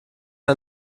ein